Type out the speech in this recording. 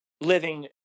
living